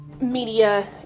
media